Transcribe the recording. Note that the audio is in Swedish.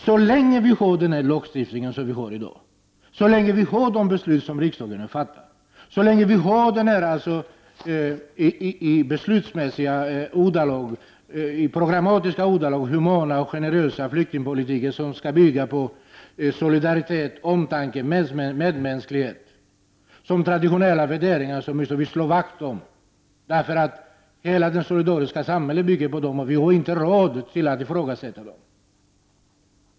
Så länge vi har den lagstiftning som finns i dag, så länge vi har de beslut som riksdagen har fattat, så länge vi har den i programmatiska ordalag humana och generösa flyktingpolitiken som skall bygga på solidaritet, omtanke och medmänsklighet, måste vi slå vakt om de traditionella värderingarna. Hela det solidariska samhället bygger på dessa värderingar. Vi har inte råd att ifrågasätta dem.